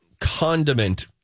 condiment